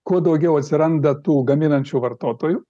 kuo daugiau atsiranda tų gaminančių vartotojų